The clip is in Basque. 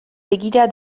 begira